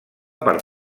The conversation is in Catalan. per